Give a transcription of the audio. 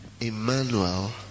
Emmanuel